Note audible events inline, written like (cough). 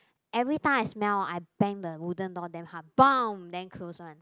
every time I smell I bang then wooden door damn hard (noise) then close one